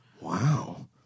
Wow